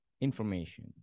information